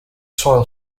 soil